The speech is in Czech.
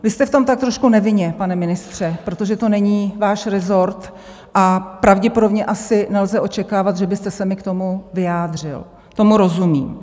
Vy jste v tom tak trošku nevinně, pane ministře, protože to není váš rezort a pravděpodobně asi nelze očekávat, že byste se mi k tomu vyjádřil, tomu rozumím.